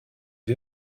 wir